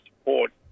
support